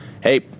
Hey